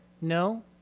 No